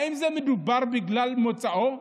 האם זה בגלל מוצאו?